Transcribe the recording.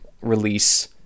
release